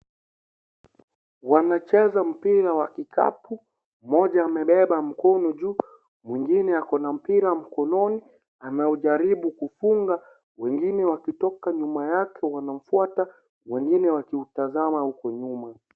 Wanacheza mpira wa kikapu. Mmoja amebeba mikono juu, mwengine ana mpira mkononi anaujaribu kufunga. Wengine wakitoka nyuma yake wanamfuata, wengine wakiutazama huku nyuma.